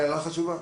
הערה חשובה.